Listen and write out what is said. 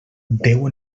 déu